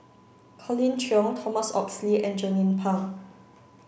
Colin Cheong Thomas Oxley and Jernnine Pang